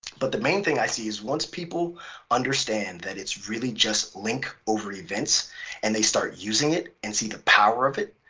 but the main thing i see is, once people understand that it's really just link over events and they start using it and see the power of it,